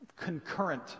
concurrent